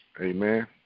Amen